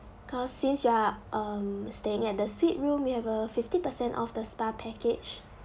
cause since you are um staying at the suite room we have a fifty percent of the spa package